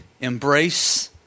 embrace